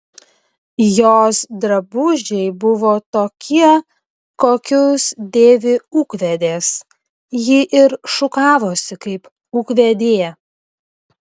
jos drabužiai buvo tokie kokius dėvi ūkvedės ji ir šukavosi kaip ūkvedė